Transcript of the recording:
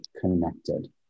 connected